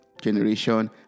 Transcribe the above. generation